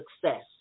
success